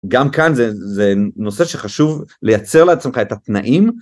גם כאן זה נושא שחשוב לייצר לעצמך את התנאים.